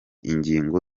ingingo